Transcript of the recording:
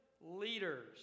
leaders